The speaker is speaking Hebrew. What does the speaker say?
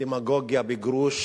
דמגוגיה בגרוש